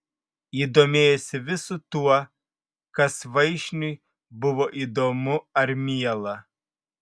ji domėjosi visu tuo kas vaišniui buvo įdomu ar miela